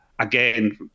Again